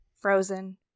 Frozen